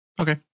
Okay